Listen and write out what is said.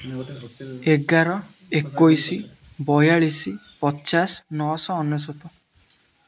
ଏଗାର ଏକୋଇଶ ବୟାଳିଶ ପଚାଶ ନଅଶହ ଅନେଶ୍ୱତ